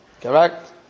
Correct